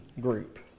group